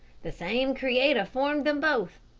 the same creator formed them both.